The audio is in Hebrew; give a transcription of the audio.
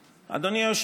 שנייה.